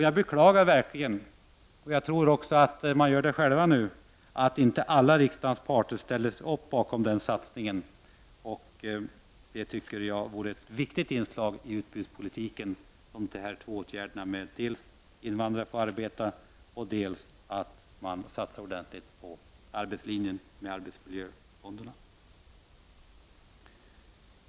Jag beklagar verkligen — och jag tror även andra gör det nu — att inte alla i riksdagen ställde upp bakom satsningen. De här två åtgärderna är ett viktigt inslag i utbudspolitiken: dels att invandrare skall få arbeta, dels att man satsar ordentligt på arbetslinjen genom arbetsmiljöfonderna.